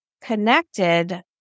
connected